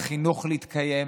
לחינוך להתקיים,